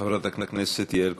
חברת הכנסת יעל כהן-פארן,